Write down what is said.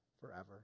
forever